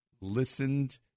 listened